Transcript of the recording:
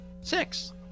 six